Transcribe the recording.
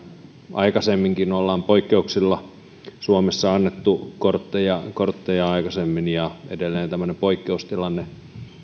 aikaisemminkin on poikkeuksilla suomessa annettu kortteja kortteja ja edelleen tämmöinen poikkeustilanne